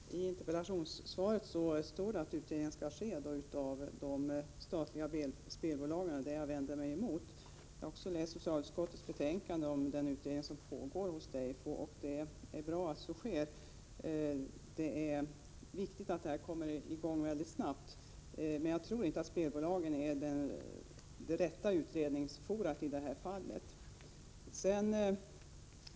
Herr talman! I interpellationssvaret står det att utredningen skall göras av de statliga spelbolagen. Det är detta jag vänder mig mot. Jag har också läst socialutskottets betänkande om den utredning som pågår hos delegationen för social forskning, och det är bra att så sker, eftersom det är viktigt att detta kommer i gång mycket snabbt. Men jag tror inte att spelbolagen är det rätta utredningsforumet i detta fall.